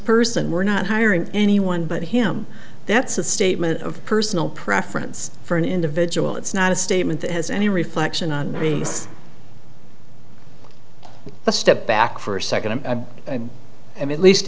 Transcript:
person we're not hiring anyone but him that's a statement of personal preference for an individual it's not a statement that has any reflection on the step back for a second a and at least